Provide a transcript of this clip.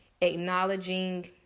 acknowledging